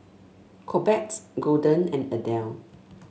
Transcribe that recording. Corbett Golden and Adele